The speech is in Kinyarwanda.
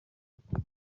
ukuri